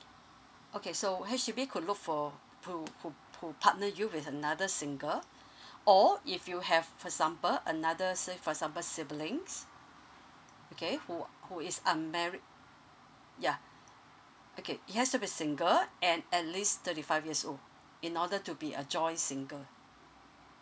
okay so H_D_B could go for pu~ pu~ pu~ partner you with another single or if you have for example another say for example siblings okay who who is unmarried ya okay it has to be single and at least thirty five years old in order to be a joint single